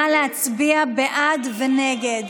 נא להצביע, בעד ונגד.